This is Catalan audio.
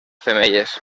femelles